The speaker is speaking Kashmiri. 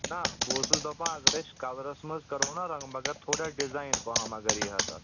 نہ بہٕ اوسُس دَپان اگر أسۍ کَلرَس منٛز کَرو نا رنٛگ مگر تھوڑا ڈِزایِن پَہَم اگر یی ہا تتھ